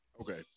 okay